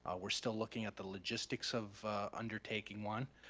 ah we're still looking at the logistics of undertaking one.